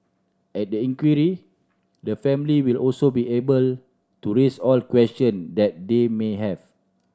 at the inquiry the family will also be able to raise all question that they may have